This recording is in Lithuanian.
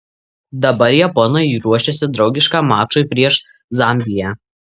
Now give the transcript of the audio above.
dabar japonai ruošiasi draugiškam mačui prieš zambiją